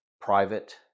private